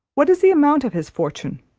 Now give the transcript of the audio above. what is the amount of his fortune?